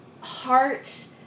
heart